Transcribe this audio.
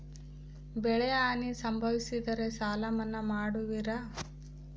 ಬೆಳೆಹಾನಿ ಸಂಭವಿಸಿದರೆ ಸಾಲ ಮನ್ನಾ ಮಾಡುವಿರ?